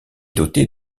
dotée